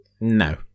no